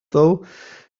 though